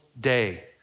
day